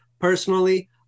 personally